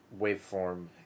waveform